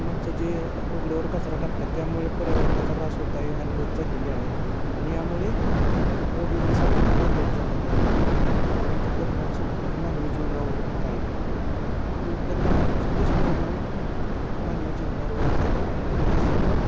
माणसाचे उघड्यावर कचरा टाकतात त्यामुळे पर्यावरणाचा ऱ्हास होत आहे हानी होत चाललेली आहे आणि यामुळे वेगवेगळ्या साथीचं रोग येत चाललेले आहेत याचा परिणाम संपूर्न मानवी जीवनावर होत आहे दु परिणाम म्हणण्यापेक्षा दुष्परिणाम मानवी जीवनावर होत चाललेला आहे आणि ह्या सर्व